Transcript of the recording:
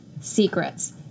secrets